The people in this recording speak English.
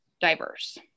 diverse